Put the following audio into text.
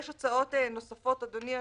יש הצעות נוספות, אדוני היושב-ראש,